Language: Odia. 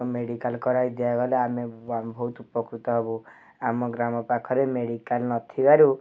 ମେଡ଼ିକାଲ୍ କରାଇଦିଆଗଲେ ଆମେ ଆମେ ବହୁତ ଉପକୃତ ହବୁ ଆମ ଗ୍ରାମ ପାଖରେ ମେଡ଼ିକାଲ୍ ନଥିବାରୁ